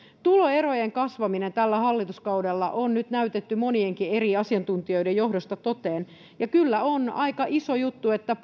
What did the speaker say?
tuloerojen kasvaminen tällä hallituskaudella on nyt näytetty monienkin eri asiantuntijoiden toimesta toteen ja kyllä on aika iso juttu että